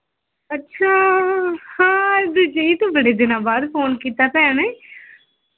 ਅੱਛਾ ਹਾਂ ਦਿਲਜੀਤ ਬੜੇ ਦਿਨਾਂ ਬਾਅਦ ਫੋਨ ਕੀਤਾ ਭੈਣ